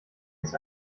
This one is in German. ist